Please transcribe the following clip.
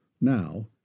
Now